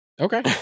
Okay